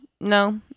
No